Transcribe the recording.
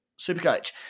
Supercoach